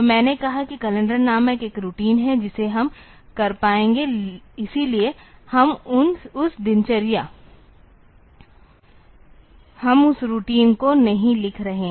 तो मैंने कहा कि कैलेंडर नामक एक रूटीन है जिसे हम कर पाएंगे इसलिए हम उस दिनचर्या को नहीं लिख रहे हैं